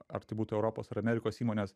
ar tai būtų europos ar amerikos įmonės